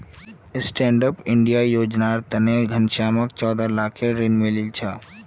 stand up India योजनार तने घनश्यामक चौदह लाखेर ऋण मिलील छ